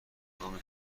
هنگامی